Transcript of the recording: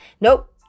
Nope